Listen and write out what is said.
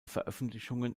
veröffentlichungen